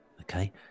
okay